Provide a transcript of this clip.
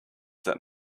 that